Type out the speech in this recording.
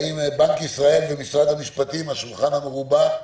האם בנק ישראל ומשרד המשפטים על השולחן המרובע,